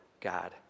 God